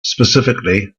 specifically